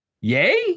yay